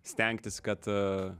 stengtis kad